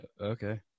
Okay